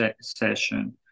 session